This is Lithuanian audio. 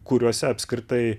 kuriuose apskritai